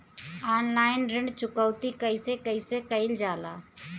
Online ऋण चुकौती कइसे कइसे कइल जाला?